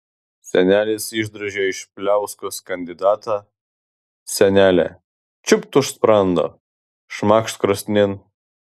senelis išdrožė iš pliauskos kandidatą senelė čiūpt už sprando šmakšt krosnin